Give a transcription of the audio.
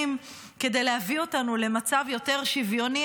כדי להביא אותנו למצב יותר שוויוני,